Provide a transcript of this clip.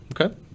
okay